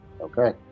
Okay